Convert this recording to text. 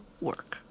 work